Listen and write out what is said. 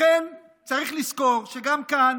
לכן צריך לזכור שגם כאן